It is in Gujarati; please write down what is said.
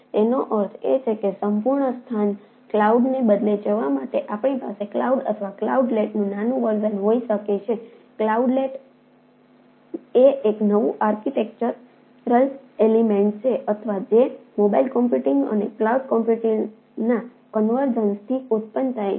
તેનો અર્થ એ કે સંપૂર્ણ સ્થાન ક્લાઉડને બદલે જવા માટે આપણી પાસે ક્લાઉડ અથવા ક્લાઉડલેટનું નાનું વર્ઝન ઉત્પન્ન થાય છે